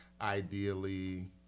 ideally